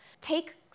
Take